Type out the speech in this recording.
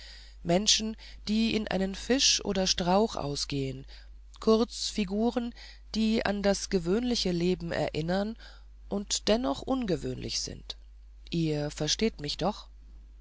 menschen die in einen fisch oder strauch ausgehen kurz figuren die an das gewöhnliche leben erinnern und dennoch ungewöhnlich sind ihr versteht mich doch